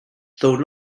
though